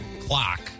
clock